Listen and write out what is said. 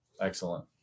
Excellent